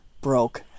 broke